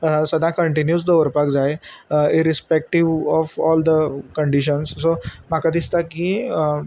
सदां कंटिन्यूस दवरपाक जाय irrespective of all the conditions so म्हाका दिसता की